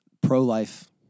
pro-life